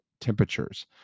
temperatures